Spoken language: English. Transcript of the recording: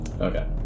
Okay